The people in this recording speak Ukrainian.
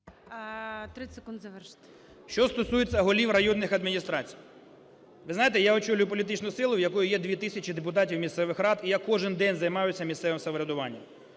Що стосується голів районних адміністрацій. Ви знаєте, я очолюю політичну силу, в якої є 2 тисячі депутатів місцевих рад, і я кожен день займаюсь місцевим самоврядуванням.